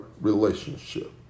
relationship